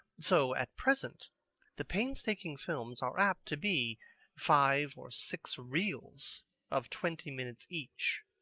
so at present the painstaking films are apt to be five or six reels of twenty minutes each.